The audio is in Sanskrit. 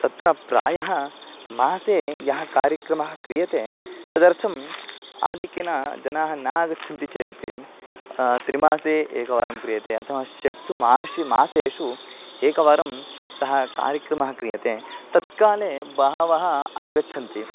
तत्र प्रायः मासे यः कार्यक्रमः क्रियते तदर्थम् आधिक्येन जनाः नागच्छन्ति चेदपि त्रिमासे एकवारं क्रियते अथवा षट्सु माशि मासेषु एकवारं सः कार्यक्रमः क्रियते तत्काले बहवः आगच्छन्ति